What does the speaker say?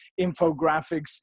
infographics